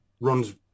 runs